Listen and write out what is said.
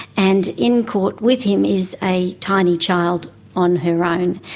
and in court with him is a tiny child on her own,